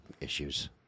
issues